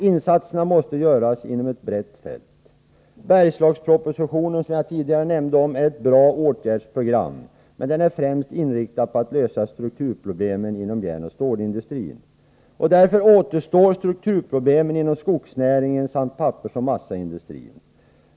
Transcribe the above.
Insatserna måste göras inom ett brett fält. Bergslagspropositionen, som jag tidigare nämnde, är ett bra åtgärdsprogram, men den är främst inriktad på att lösa strukturproblemen inom järnoch stålindustrin. Därför återstår strukturproblemen inom skogsnäringen samt inom pappersoch massaindustrin.